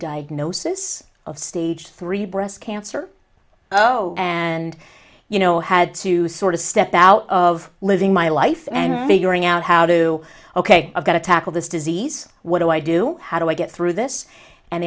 diagnosis of stage three breast cancer and you know had to sort of step out of living my life and figuring out how do ok i've got to tackle this disease what do i do how do i get through this and